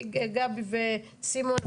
גבי וסימון,